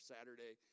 Saturday